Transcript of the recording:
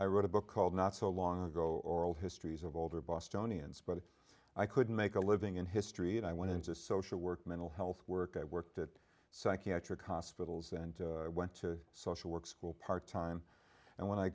i wrote a book called not so long ago oral histories of older bostonians but i couldn't make a living in history and i went into social work mental health work i worked at psychiatric hospitals and went to social work school part time and when i